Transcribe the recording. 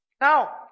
Now